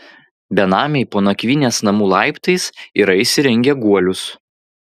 benamiai po nakvynės namų laiptais yra įsirengę guolius